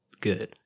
good